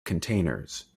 containers